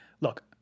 look